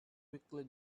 quickly